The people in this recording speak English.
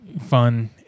fun